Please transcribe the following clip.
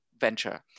venture